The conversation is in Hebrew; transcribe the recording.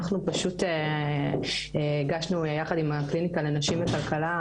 אנחנו פשוט הגשנו יחד עם הקליניקה לנשים בכלכלה